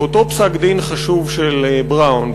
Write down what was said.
באותו פסק-דין חשוב של בראון,